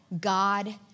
God